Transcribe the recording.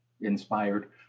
inspired